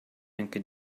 anche